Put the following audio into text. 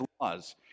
laws